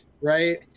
right